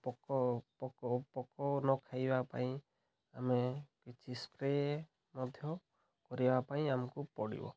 ପୋକ ପୋକ ପୋକ ନ ଖାଇବା ପାଇଁ ଆମେ କିଛି ସ୍ପ୍ରେ ମଧ୍ୟ କରିବା ପାଇଁ ଆମକୁ ପଡ଼ିବ